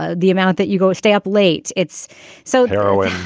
ah the amount that you go stay up late it's so heroin.